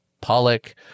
pollock